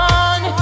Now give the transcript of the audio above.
on